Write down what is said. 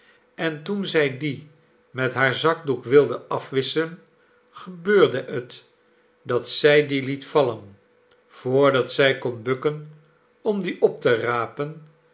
en toen zij die met haar zakdoek wilde afwisschen gebeurde het dat zij dien liet vallen voordat zij kon bukken om dien op te rapen